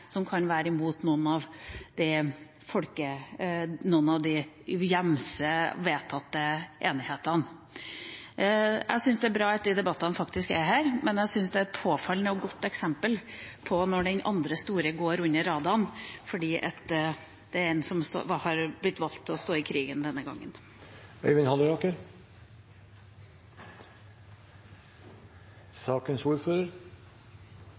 som kan være imot noen av de gjengse, vedtatte enighetene. Jeg syns det er bra at de debattene faktisk er her, men jeg syns det er et påfallende og godt eksempel på når den andre store går under radaren fordi det er en som har blitt valgt til å stå i krigen denne